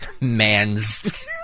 man's